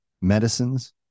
medicines